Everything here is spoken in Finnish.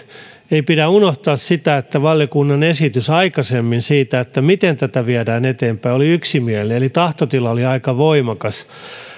ei pidä unohtaa sitä että valiokunnan esitys aikaisemmin siitä miten tätä viedään eteenpäin oli yksimielinen eli tahtotila oli aika voimakas